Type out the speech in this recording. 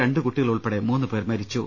രണ്ട് കുട്ടികൾ ഉൾപ്പെടെ മൂന്ന് പേർ മരിച്ചു